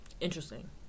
Interesting